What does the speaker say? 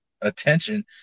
attention